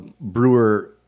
Brewer